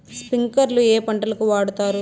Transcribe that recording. స్ప్రింక్లర్లు ఏ పంటలకు వాడుతారు?